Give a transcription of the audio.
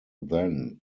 then